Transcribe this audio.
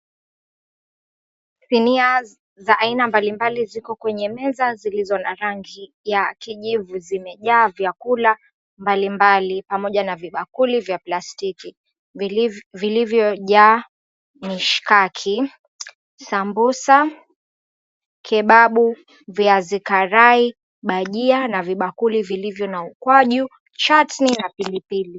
Sinia za aina mbalimbali ziko kwenye meza zilizo na rangi ya kijivu. Zimejaa vyakula mbalimbali pamoja na vibakuli vya plastiki vilivyojaa mishikaki, sambusa, kebabu, viazi karai, bajia, na vibakuli vilivyo na ukwaju, chatni na pilipili.